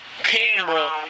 camera